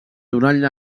donant